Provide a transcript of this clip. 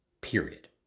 period